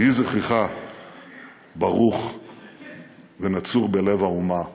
יהי זכרך ברוך ונצור בלב האומה לעד.